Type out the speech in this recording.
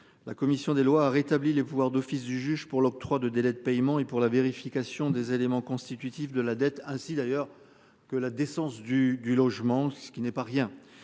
La commission des lois a rétabli les pouvoirs d'office du juge pour l'octroi de délais de paiement et pour la vérification des éléments constitutifs de la dette, ainsi d'ailleurs que la décence du, du logement, ce qui n'est pas rien.